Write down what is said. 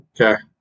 Okay